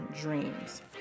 dreams